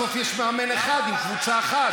בסוף יש מאמן אחד עם קבוצה אחת.